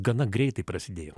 gana greitai prasidėjo